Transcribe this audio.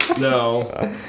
No